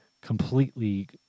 completely